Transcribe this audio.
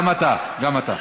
גם אתה.